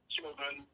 Children